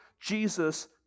Jesus